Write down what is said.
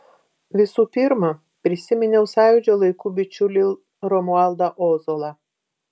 visų pirma prisiminiau sąjūdžio laikų bičiulį romualdą ozolą